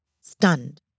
stunned